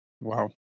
Wow